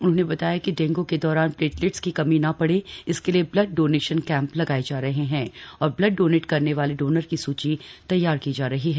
उन्होंने बताया कि डेंग् के दौरान प्लेटलेट्स की कमी ना पड़े इसके लिए ब्लड डोनेशन कैंप लगाए जा रहे हैं और ब्लड डोनेट करने वाले डोनर की सूची तैयार की जा रही है